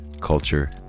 culture